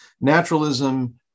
naturalism